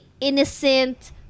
innocent